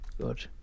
Good